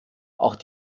auch